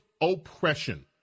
oppression